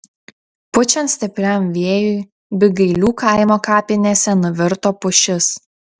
pučiant stipriam vėjui bygailių kaimo kapinėse nuvirto pušis